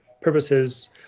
purposes